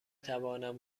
توانم